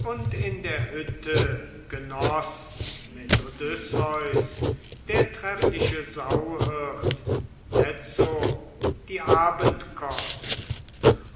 und in der hütte genoß mit odysseus der treffliche sauhirt jetzo die abendkost